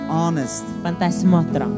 honest